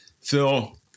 Phil